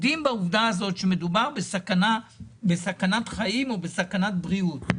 בעובדה שמדובר בסכנת חיים, בסכנת בריאות.